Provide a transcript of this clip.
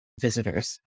visitors